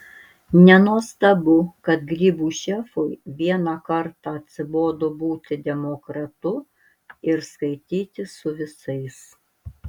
nenuostabu kad grybų šefui vieną kartą atsibodo būti demokratu ir skaitytis su visais